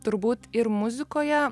turbūt ir muzikoje